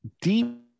deep